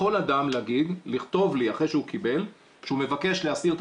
יכול אדם לכתוב לי אחרי שהוא קיבל שהוא מבקש להסיר את